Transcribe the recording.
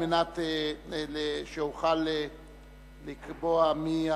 על מנת שאוכל לקבוע מי